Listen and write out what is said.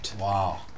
Wow